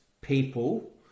people